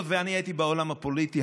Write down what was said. היות שאני הייתי בעולם הפוליטי,